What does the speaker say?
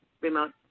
remote